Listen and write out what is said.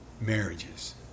Marriages